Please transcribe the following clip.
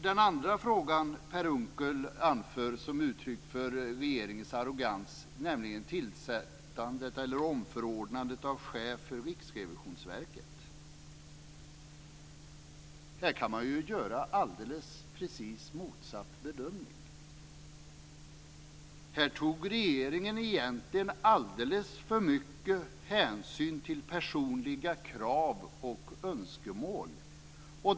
Den andra frågan som Per Unckel anför som uttryck för regeringens arrogans gäller omförordnandet av chefen för Riksrevisionsverket. Här kan man ju göra en helt motsatt bedömning. Regeringen tog egentligen alldeles för mycket hänsyn till personliga krav och önskemål.